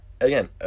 again